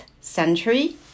century